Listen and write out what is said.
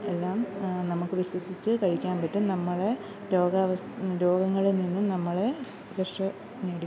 എല്ലാം നമുക്ക് വിശ്വസിച്ച് കഴിയ്ക്കാൻ പറ്റും നമ്മളെ രോഗങ്ങളിൽനിന്നും നമ്മളെ രക്ഷ മേടി